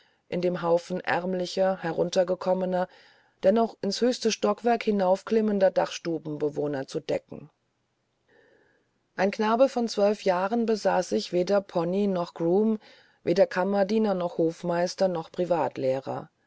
in den haufen ärmlicher heruntergekommener dennoch in's höchste stockwerk hinaufklimmender dachstubenbewohner zu decken ein knabe von zwölf jahren besaß ich weder pony's noch groom noch kammerdiener noch hofmeister noch privatlehrer